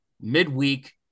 midweek